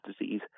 disease